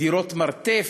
בדירות מרתף,